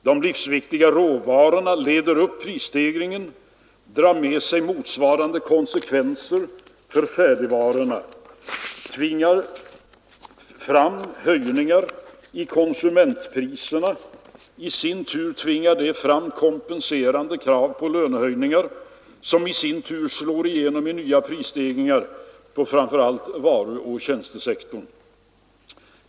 De livsviktiga råvarorna leder prisstegringen, drar med sig motsvarande konsekvenser för färdigvarorna och tvingar fram höjningar av konsumentpriserna. I sin tur tvingar det fram krav på kompenserande lönehöjningar, som åter i sin tur slår igenom i nya prisstegringar på speciellt varuoch tjänstesektorerna.